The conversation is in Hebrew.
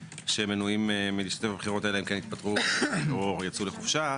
שמנועים מלהשתתף בבחירות האלה אלא אם כן התפטרו או יצאו לחופשה,